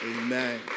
Amen